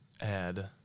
add